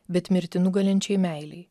bet mirtį nugalinčiai meilei